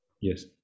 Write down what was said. Yes